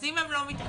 אז אם הם לא מתקבלים,